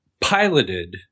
piloted